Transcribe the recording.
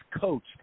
coached